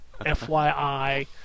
FYI